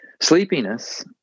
Sleepiness